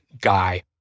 guy